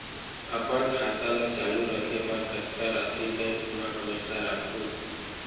अपन खाता ल चालू रखे बर कतका राशि बैंक म हमेशा राखहूँ?